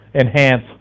enhance